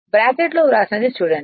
బ్రాకెట్లో వ్రాసినది చూడండి